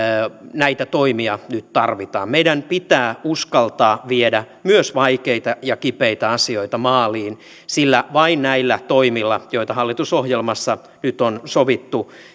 näitä toimia nyt tarvitaan meidän pitää uskaltaa viedä myös vaikeita ja kipeitä asioita maaliin sillä vain näillä toimilla joita hallitusohjelmassa nyt on sovittu